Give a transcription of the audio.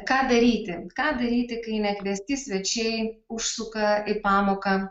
ką daryti ką daryti kai nekviesti svečiai užsuka į pamoką